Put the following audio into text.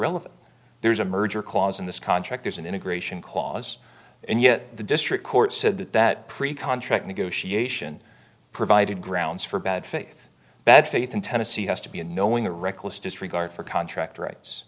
irrelevant there's a merger clause in this contract there's an integration clause and yet the district court said that that pre contract negotiation provided grounds for bad faith bad faith in tennessee has to be a knowing or reckless disregard for contract rights